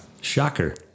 Shocker